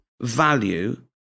value